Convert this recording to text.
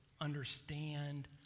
understand